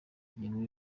ingingo